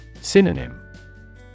Synonym